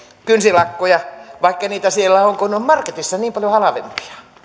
kynsilakkoja vaikka niitä siellä on kun ne ovat marketissa niin paljon halvempia